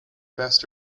best